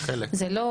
זה לא